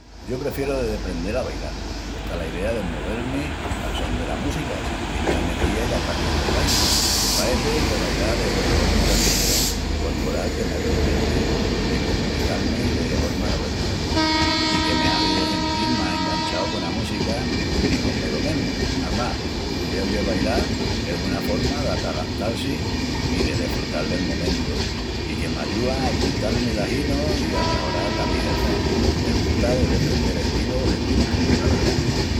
Yo prefieru de deprendel a bailal. Me gusta la idea de movel-mi al son dela música, sentil la energía i la passión del baili. Me paeci que bailal es una horma d'espressión corporal que me premiti de comunical-mi de horma no verbal, i que me hazi de sentil más enganchau cona música i comegu mesmu. Amás, creu que bailal es una horma d'atalantal-si i de desfrutal del momentu, i que m'ayúa a quital-mi l'aginu i a mejoral la mi hebra. Me gusta de deprendel estilus destintus, la verdá.